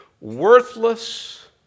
worthless